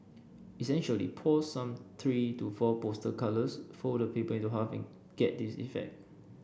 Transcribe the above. essentially pour some three to four poster colours fold the paper into half and get this effect